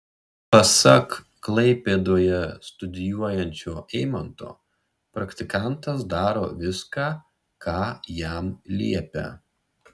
pasak klaipėdoje studijuojančio eimanto praktikantas daro viską ką jam liepia